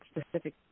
specific